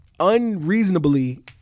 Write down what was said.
unreasonably